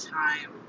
time